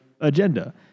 agenda